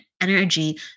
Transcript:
energy